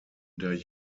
der